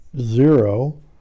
zero